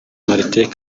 martin